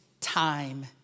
Time